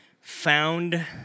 found